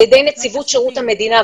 בתהליך העלייה.